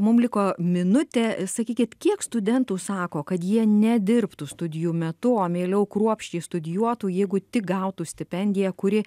mum liko minutė sakykit kiek studentų sako kad jie nedirbtų studijų metu o mieliau kruopščiai studijuotų jeigu tik gautų stipendiją kuri